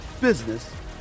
business